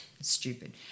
stupid